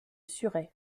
surrey